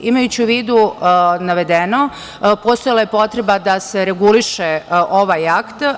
Imajući u vidu navedeno, postojala je potrebe da se reguliše ovaj akt.